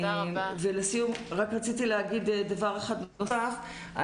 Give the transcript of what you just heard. לסיכום רק רציתי להגיד דבר אחד נוסף.